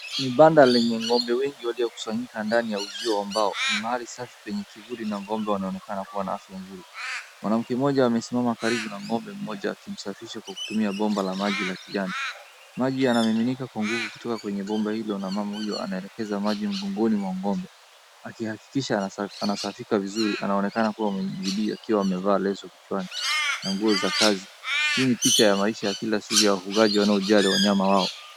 Ni banda lenye ng'ombe wengi waliokusanyika ndani ya uzio wa mbao, ni mahali safi penye kivuli na ng'ombe wanaonekana kuwa na afya nzuri. Mwanamka mmoja amesimama karibu na ng'ombe mmoja akimsafisha akitumia bomba la maji la kijani, maji yanamiminika kwa nguvu kutoka kwa bomba hilo na mama huyo anaelekeza maji mgongoni mwa ng'ombe, akihakikisha anasafika vizuri aonekana kuwa mwenye bidi akiwa amevaa leso kichwani na nguo za kazi. Hii ni picha ya kila siku ya wafugaji wanao jali wanyama yao.